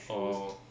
orh